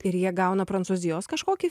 ir jie gauna prancūzijos kažkokį